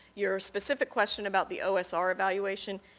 your specific question about the o s r. evaluation,